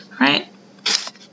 right